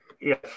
Yes